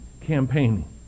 campaigning